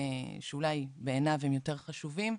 ואולי בעיניו הם יותר חשובים.